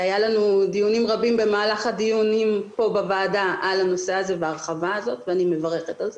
היו לנו דיונים רבים כאן בוועדה על הנושא הזה ואני מברכת על כך.